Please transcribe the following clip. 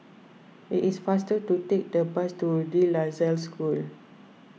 it is faster to take the bus to De La Salle School